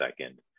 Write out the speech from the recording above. second